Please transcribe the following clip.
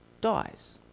dies